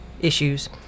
issues